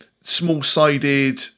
small-sided